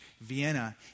Vienna